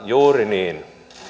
juuri niin